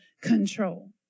control